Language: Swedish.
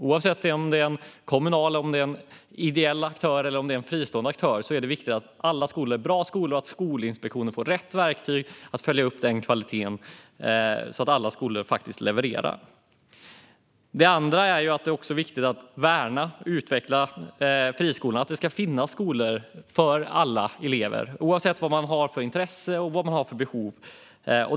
Oavsett om det är en kommunal, ideell eller fristående aktör är det viktigt att alla skolor är bra skolor och att Skolinspektionen får rätt verktyg att följa upp kvaliteten så att alla skolor levererar. För det andra är det viktigt att värna och utveckla friskolor. Det ska finnas skolor för alla elever oavsett vad de har för intresse och behov.